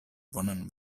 bonan